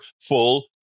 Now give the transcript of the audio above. full